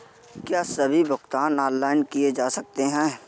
क्या सभी भुगतान ऑनलाइन किए जा सकते हैं?